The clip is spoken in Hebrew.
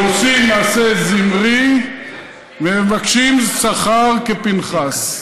שעושים מעשה זמרי ומבקשים שכר כפינחס.